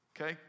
Okay